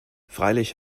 freilich